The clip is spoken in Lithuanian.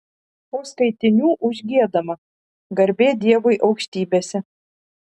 po skaitinių užgiedama garbė dievui aukštybėse